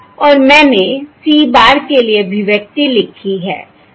और मैंने c बार के लिए अभिव्यक्ति लिखी है ठीक है